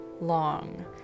long